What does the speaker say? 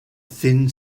thin